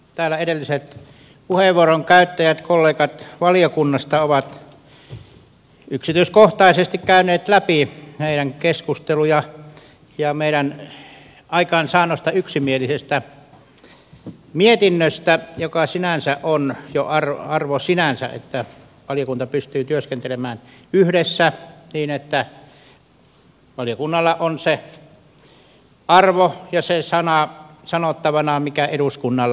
täällä edelliset puheenvuoron käyttäjät kollegat valiokunnasta ovat yksityiskohtaisesti käyneet läpi meidän keskustelujamme ja aikaansaamaamme yksimielistä mietintöä joka on jo arvo sinänsä että valiokunta pystyy työskentelemään yhdessä niin että valiokunnalla on se arvo ja se sana sanottavanaan mikä eduskunnalla on